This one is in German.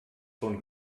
von